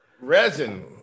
Resin